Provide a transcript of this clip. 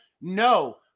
No